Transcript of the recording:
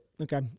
Okay